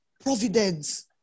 providence